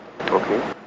Okay